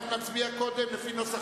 נצביע קודם, על-פי נוסח